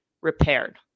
repaired